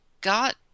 got